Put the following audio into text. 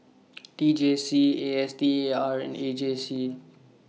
T J C A S T A R and A G C